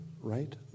right